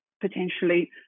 potentially